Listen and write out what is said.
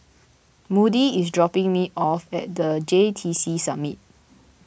Moody is dropping me off at the J T C Summit